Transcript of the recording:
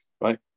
right